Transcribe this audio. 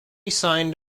signed